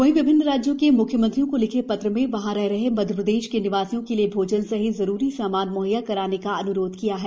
वहीं विभिन्न राज्यों के मुख्यमंत्रियों को लिखे पत्र में वहां रह रहे मध्यप्रदेश के निवासियों के लिए भोजन सहित जरूरी सामान म्हैया कराने का अन्रोध किया है